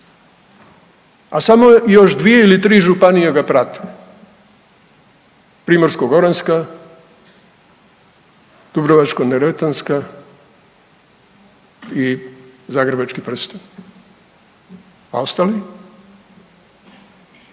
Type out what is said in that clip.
a samo još dvije ili tri županije ga prate Primorsko-goranska, Dubrovačko-neretvanska i Zagrebački prsten, a ostali